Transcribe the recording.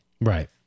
Right